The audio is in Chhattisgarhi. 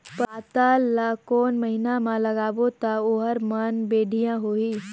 पातल ला कोन महीना मा लगाबो ता ओहार मान बेडिया होही?